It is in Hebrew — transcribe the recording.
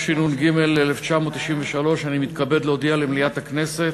התשנ"ג 1993, אני מתכבד להודיע למליאת הכנסת